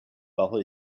brauche